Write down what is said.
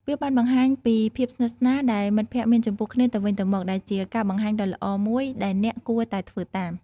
វាបានបង្ហាញពីភាពស្និទ្ធស្នាលដែលមិត្តភក្តិមានចំពោះគ្នាទៅវិញទៅមក ដែលជាការបង្ហាញដ៏ល្អមួយដែលអ្នកគួរតែធ្វើតាម។